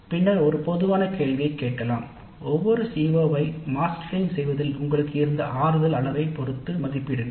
நாங்கள் ஒரு பொதுவான கேள்வியைக் கேட்கலாம் ஒவ்வொரு CO ஐ மாஸ்டரிங் செய்வதில் உங்களுக்கு இருந்த ஆறுதல் அளவைப் பொறுத்து மதிப்பிடுங்கள்